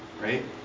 Right